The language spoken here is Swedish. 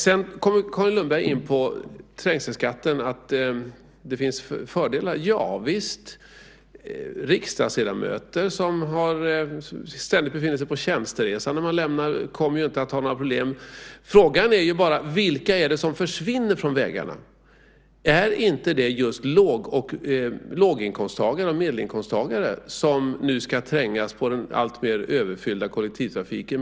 Sedan kommer Carin Lundberg in på att det finns fördelar med trängselskatten. Javisst, riksdagsledamöter som ständigt befinner sig på tjänsteresa kommer ju inte att ha några problem. Frågan är bara vilka det är som försvinner från vägarna. Är det inte just låginkomsttagare och medelinkomsttagare som nu ska trängas i den alltmer överfyllda kollektivtrafiken?